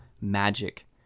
magic